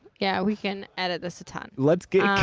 yeah, we can edit this a ton. let's get